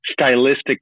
stylistic